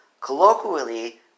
Colloquially